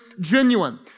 genuine